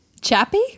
chappy